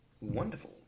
Wonderful